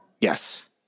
yes